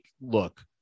look